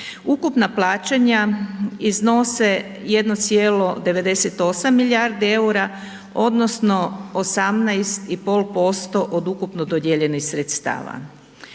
Ukupna plaćanja iznose 1,98 milijardi EUR-a odnosno 18,5% od ukupno dodijeljenih sredstava.